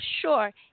sure